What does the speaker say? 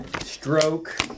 Stroke